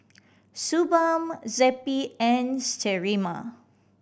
Suu Balm Zappy and Sterimar